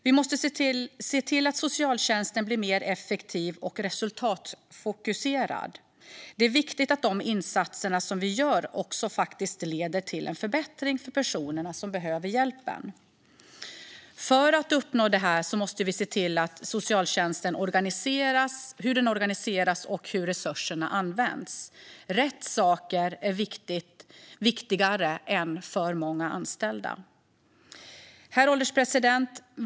Vi måste se till att socialtjänsten blir mer effektiv och resultatfokuserad. Det är viktigt att de insatser som vi gör faktiskt leder till en förbättring för de personer som behöver hjälp. För att uppnå detta måste vi se över hur socialtjänsten organiseras och hur resurserna används. Rätt saker är viktigare än många - ibland för många - anställda. Herr ålderspresident!